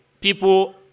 people